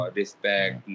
respect